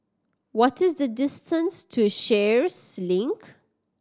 what is the distance to Sheares Link